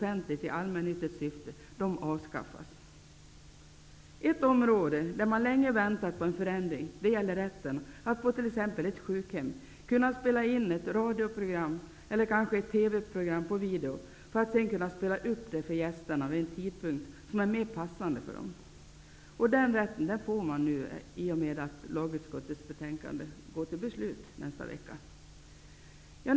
Ett område där man länge väntat på en förändring är rätten att t.ex. på ett sjukhem kunna spela in ett radioprogram eller kanske ett TV-program på video för att sedan kunna spela upp programmet för gästerna vid en tidpunkt som är mera passande för dem. Den rätten får man nu i och med beslutet nästa vecka om lagutskottets betänkande.